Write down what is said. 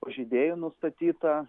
pažeidėjų nustatyta